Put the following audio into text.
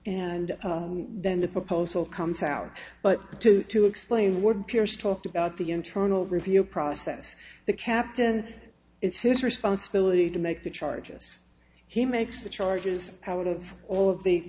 and then the proposal comes out but to to explain what pierce talked about the internal review process the captain it's his responsibility to make the charges he makes the charges out of all of the